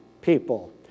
people